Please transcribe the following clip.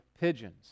pigeons